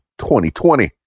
2020